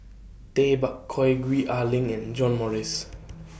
Tay Bak Koi Gwee Ah Leng and John Morrice